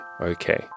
okay